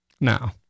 Now